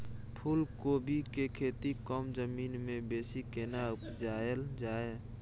फूलकोबी के खेती कम जमीन मे बेसी केना उपजायल जाय?